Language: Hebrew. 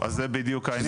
זאת אומרת שתהיה